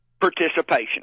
participation